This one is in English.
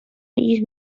you